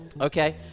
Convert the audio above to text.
okay